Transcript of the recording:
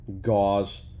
gauze